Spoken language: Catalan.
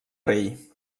rei